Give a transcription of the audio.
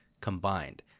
combined